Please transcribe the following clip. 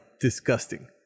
disgusting